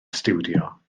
stiwdio